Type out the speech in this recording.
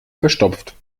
verstopft